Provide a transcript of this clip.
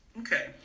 Okay